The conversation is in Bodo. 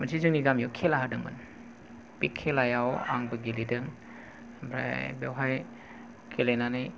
मोनसे जोंनि गामिआव खेला होदोंमोन बे खेलायाव आंबो गेलेदों ओमफ्राय बेवहाय गेलेनानै